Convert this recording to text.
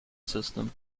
system